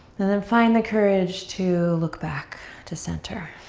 and then find the courage to look back to center.